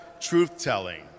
truth-telling